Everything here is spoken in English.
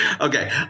Okay